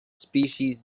species